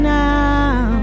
now